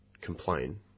complain